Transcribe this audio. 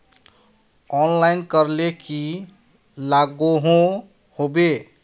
Online करले की लागोहो होबे?